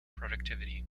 productivity